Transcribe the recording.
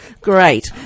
Great